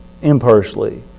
impartially